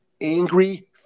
angry